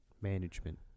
Management